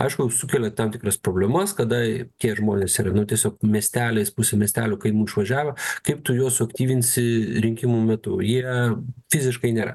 aišku sukelia tam tikras problemas kada tie žmonės yra nu tiesiog miesteliais pusė miestelių kaimų išvažiavo kaip tu juos suaktyvinsi rinkimų metu jie fiziškai nėra